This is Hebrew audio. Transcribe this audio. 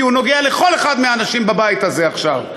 כי הוא נוגע לכל אחד מהאנשים בבית הזה עכשיו.